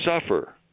suffer